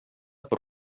per